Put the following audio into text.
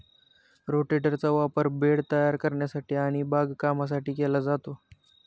रोटेटरचा वापर बेड तयार करण्यासाठी आणि बागकामासाठी केला जातो